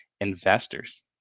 investors